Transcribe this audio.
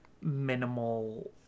minimal